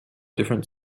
different